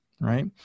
right